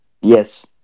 yes